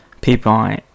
people